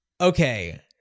Okay